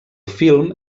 film